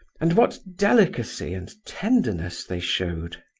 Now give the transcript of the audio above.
and what delicacy and tenderness they showed!